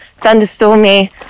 thunderstormy